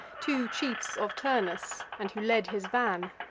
two chiefs of turnus, and who led his van.